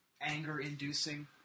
anger-inducing